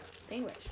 sandwich